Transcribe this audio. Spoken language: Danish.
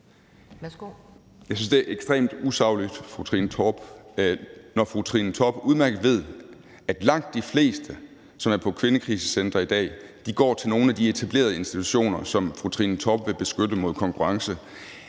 Jeg synes, det er ekstremt usagligt, når fru Trine Torp udmærket ved, at langt de fleste, som er på kvindekrisecentre i dag, går til nogle af de etablerede institutioner, som fru Trine Torp vil beskytte mod konkurrence.